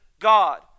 God